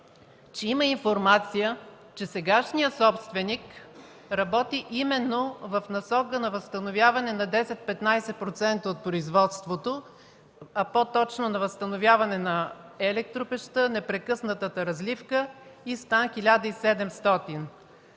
– има информация, че сегашният собственик работи именно в насока на възстановяване на 10-15% от производството, а по-точно на възстановяване на електропещта, непрекъснатата разливка и Стан 1700.